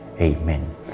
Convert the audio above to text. Amen